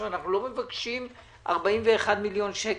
אנחנו לא מבקשים 41 מיליון שקלים.